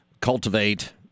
cultivate